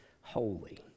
holy